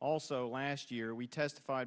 also last year we testified